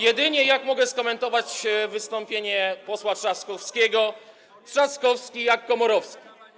Jedynie tak mogę skomentować wystąpienie posła Trzaskowskiego: Trzaskowski jak Komorowski.